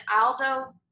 Aldo